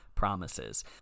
promises